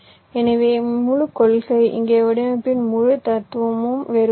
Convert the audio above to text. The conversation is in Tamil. எனவே முழு கொள்கை இங்கே வடிவமைப்பின் முழு தத்துவமும் வேறுபட்டது